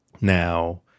Now